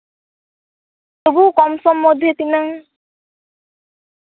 ᱛᱚᱵᱩ ᱠᱚᱢ ᱥᱚᱢ ᱢᱚᱫᱽᱫᱷᱮ ᱛᱮ ᱛᱤᱱᱟᱹᱝ